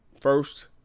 First